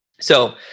So-